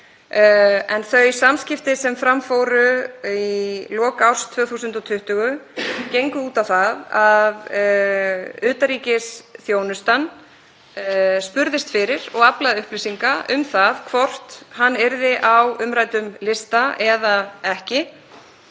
en þau samskipti sem fram fóru í lok árs 2020 gengu út á það að utanríkisþjónustan spurðist fyrir og aflaði upplýsinga um það hvort hann yrði á umræddum lista eða ekki.